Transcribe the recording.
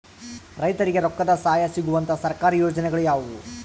ರೈತರಿಗೆ ರೊಕ್ಕದ ಸಹಾಯ ಸಿಗುವಂತಹ ಸರ್ಕಾರಿ ಯೋಜನೆಗಳು ಯಾವುವು?